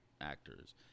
actors